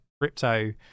crypto